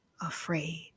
afraid